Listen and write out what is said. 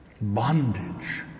Bondage